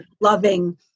loving